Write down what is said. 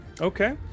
Okay